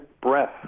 breath